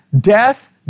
death